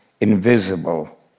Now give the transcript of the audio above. invisible